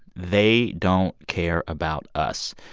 they don't care about us.